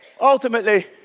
ultimately